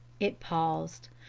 it paused.